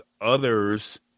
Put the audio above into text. others